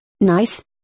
Nice